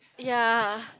ya